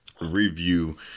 review